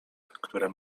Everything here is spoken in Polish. które